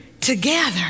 together